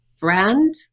brand